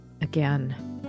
again